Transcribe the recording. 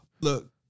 Look